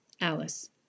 Alice